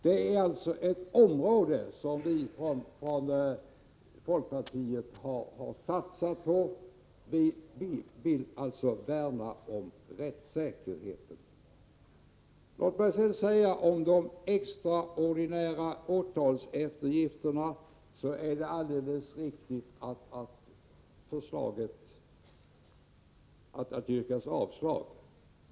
Detta är ett område som vi från folkpartiet har satsat på. Vi vill värna om rättssäkerheten. Låt mig sedan om de extraordinära åtalseftergifterna säga att det är riktigt att det yrkas avslag på förslaget.